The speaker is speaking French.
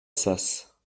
sas